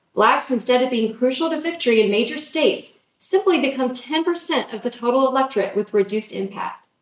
blacks, instead of being crucial to victory in major states simply become ten percent of the total electorate, with reduced impact.